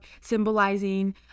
symbolizing